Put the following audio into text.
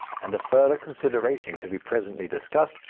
and a further consideration to be presently discussed,